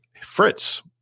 Fritz